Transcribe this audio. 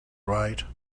right